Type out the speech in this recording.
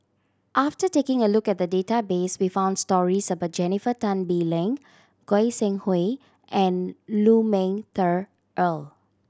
after taking a look at the database we found stories about Jennifer Tan Bee Leng Goi Seng Hui and Lu Ming Teh Earl